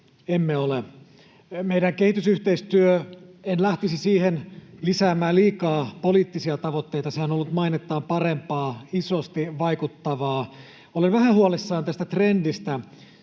emmekö ole. Meidän kehitysyhteistyöhön en lähtisi lisäämään liikaa poliittisia tavoitteita. Se on ollut mainettaan parempaa, isosti vaikuttavaa. Olen vähän huolissani tästä trendistä